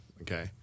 okay